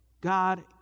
God